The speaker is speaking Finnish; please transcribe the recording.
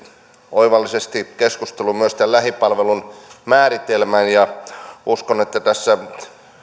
oivallisesti keskusteluun myös tämän lähipalvelun määritelmän uskon että tässä